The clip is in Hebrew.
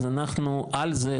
אז אנחנו על זה ,